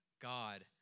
God